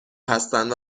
هستند